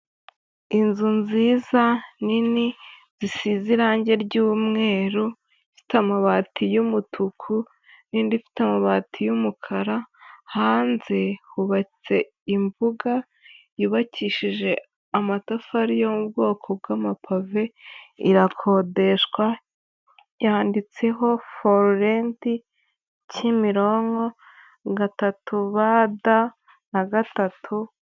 Inzu nziza, nini, zisize irangi ry’umweru, ifite amabati y’umutuku, nindi ifite amabati y'umukara. Hanze hubatse imbuga yubakishije amatafari yo mu bwoko bw'amapave, irakodeshwa, yanditseho forenti-Kimironko gatatu ba da na gatatu.